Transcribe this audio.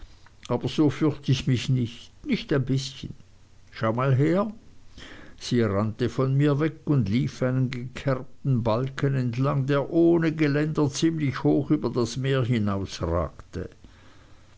aber so fürcht ich mich nicht nicht ein bißchen schau mal her sie rannte von mir weg und lief einen gekerbten balken entlang der ohne geländer ziemlich hoch über das meer